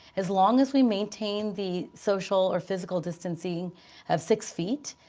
as long as we maintain the social or physical distancing of six feet.